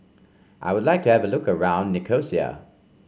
I would like to have a look around Nicosia